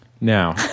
Now